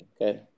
okay